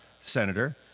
Senator